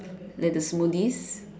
like the smoothies